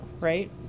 right